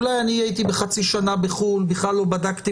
אולי אני הייתי חצי שנה בחו"ל ובכלל לא בדקתי